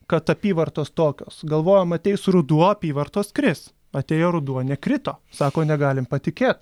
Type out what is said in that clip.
kad apyvartos tokios galvojom ateis ruduo apyvartos kris atėjo ruduo nekrito sako negalim patikėt